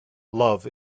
love